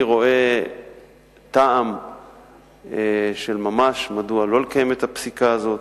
אינני רואה טעם של ממש מדוע לא לקיים את הפסיקה הזאת.